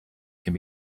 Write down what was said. can